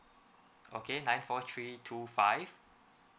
okay nine four three two five